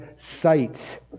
sight